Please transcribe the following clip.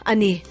Ani